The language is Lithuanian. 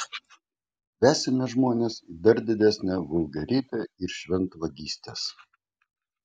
vesime žmones į dar didesnę vulgarybę ir šventvagystes